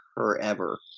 forever